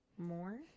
More